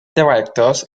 directors